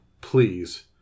please